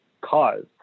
cause